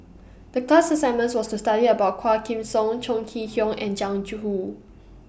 The class assignments was to study about Quah Kim Song Chong Kee Hiong and Jiang Hu